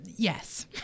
Yes